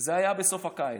בסוף הקיץ.